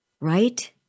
right